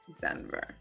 Denver